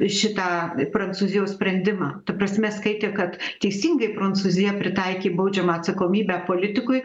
šitą prancūzijos sprendimą ta prasme skaitė kad teisingai prancūzija pritaikė baudžiamą atsakomybę politikui